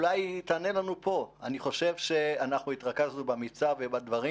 אני חושב שאנחנו התרכזנו במצאי ובדברים